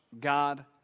God